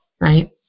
Right